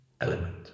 element